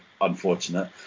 unfortunate